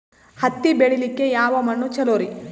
ಹತ್ತಿ ಬೆಳಿಲಿಕ್ಕೆ ಯಾವ ಮಣ್ಣು ಚಲೋರಿ?